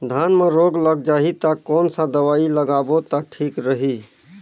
धान म रोग लग जाही ता कोन सा दवाई लगाबो ता ठीक रही?